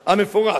המפורש.